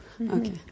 okay